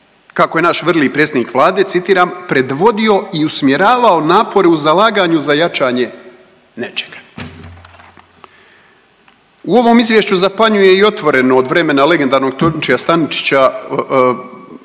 kako je naš vrli predsjednik Vlade, citiram, predvodio i usmjeravao napore u zalaganju za jačanje nečega. U ovom Izvješću zapanjuje i otvoreno od vremena legendarnog Tončija Staničića